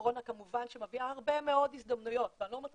הקורונה כמובן שמביאה הרבה מאוד הזדמנויות ואני לא אומרת